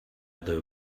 there